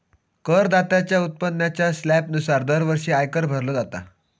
करदात्याच्या उत्पन्नाच्या स्लॅबनुसार दरवर्षी आयकर भरलो जाता